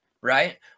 right